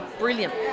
brilliant